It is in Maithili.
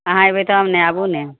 अहाँ एबय तब ने आबू ने